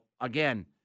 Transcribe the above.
again